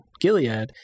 Gilead